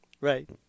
right